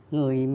Người